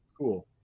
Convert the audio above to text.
cool